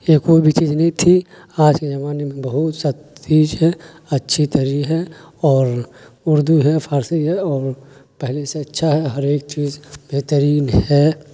یہ کوئی بھی چیز نہیں تھی آج کے زمانے میں بہت سا چیز ہے اچھی طری ہے اور اردو ہے فارسی ہے اور پہلے سے اچھا ہے ہر ایک چیز بہترین ہے